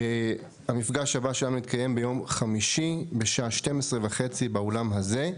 המפגש הבא שלנו יתקיים ביום חמישי בשעה 12:30 באולם הזה.